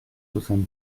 soixante